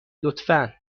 لطفا